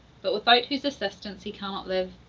but without whose assistance he cannot live.